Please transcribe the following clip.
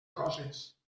coses